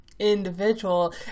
individual